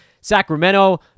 Sacramento